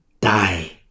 die